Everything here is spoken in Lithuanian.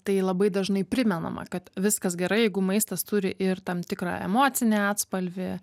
tai labai dažnai primenama kad viskas gerai jeigu maistas turi ir tam tikrą emocinį atspalvį